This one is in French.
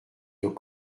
nos